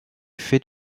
fait